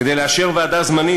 כדי לאשר ועדה זמנית,